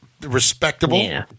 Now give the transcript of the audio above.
Respectable